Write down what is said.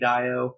Dio